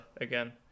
again